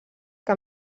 que